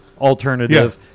alternative